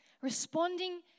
responding